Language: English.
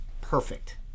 perfect